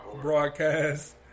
broadcast